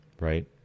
right